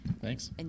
Thanks